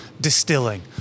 distilling